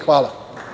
Hvala.